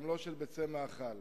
ושל בשר הודו וגם לא של ביצי מאכל,